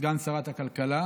סגן שרת הכלכלה,